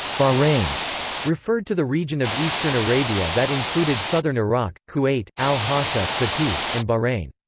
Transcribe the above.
bahrain referred to the region of eastern arabia that included southern iraq, kuwait, al-hasa, qatif, and bahrain.